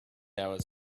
hours